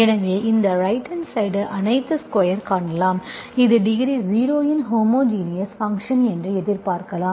எனவே இந்த right hand side அனைத்து ஸ்கொயர் காணலாம் இது டிகிரி 0 இன் ஹோமோஜினஸ் ஃபங்க்ஷன் என்று எதிர்பார்க்கலாம்